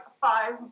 five